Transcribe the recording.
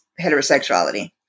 heterosexuality